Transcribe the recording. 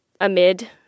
amid